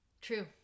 True